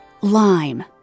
lime